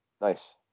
Nice